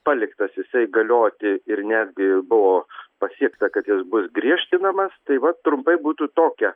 paliktas jisai galioti ir netgi buvo pasiekta kad jis bus griežtinamas tai va trumpai būtų tokia